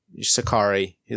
Sakari